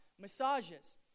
massages